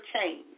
change